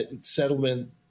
settlement